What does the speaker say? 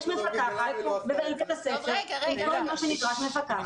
יש מפקחת בבית הספר עם כל מה שנדרש ממפקחת.